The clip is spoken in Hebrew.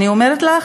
אני אומרת לך,